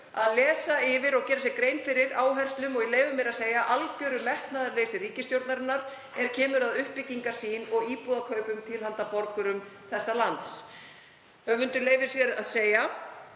að lesa yfir og gera sér grein fyrir áherslum og ég leyfi mér að segja algjöru metnaðarleysi ríkisstjórnarinnar er kemur að uppbyggingasýn og íbúðarkaupum til handa borgurum þessa lands.“ Höfundur leyfir sér að segja